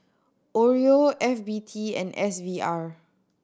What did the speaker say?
Oreo F B T and S V R